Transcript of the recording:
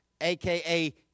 aka